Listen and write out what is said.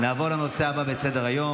נעבור לנושא הבא בסדר-היום,